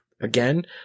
again